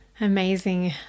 amazing